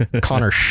Connor